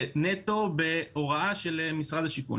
זה נטו בהוראה של משרד השיכון.